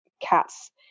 cats